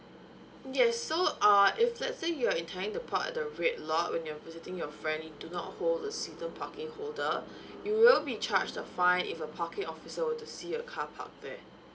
yes so uh if let's say you're intending to park at the red lot when you're visiting your friend and you do not hold the season parking holder you will be charged the fine if a parking officer were to see your car parked there